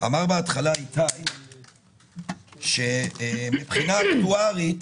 אמר בהתחלה איתי שמבחינה אקטוארית